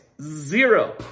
zero